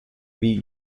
wie